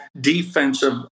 defensive